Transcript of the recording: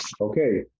Okay